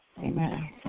Amen